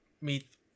meet